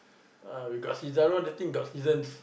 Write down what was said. !wah! we got season know the thing got seasons